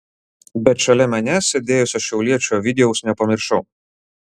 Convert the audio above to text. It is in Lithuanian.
bet šalia manęs sėdėjusio šiauliečio ovidijaus nepamiršau